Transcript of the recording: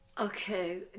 Okay